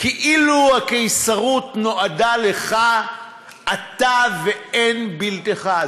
כאילו הקיסרות נועדה לך, אתה ואין בלתך.